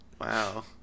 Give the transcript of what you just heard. Wow